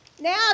Now